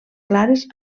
clares